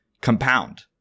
compound